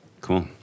cool